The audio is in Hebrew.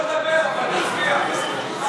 הוא יכול לדבר, אבל תצביע.